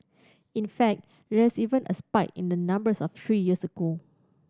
in fact there's even a spike in the numbers of three years ago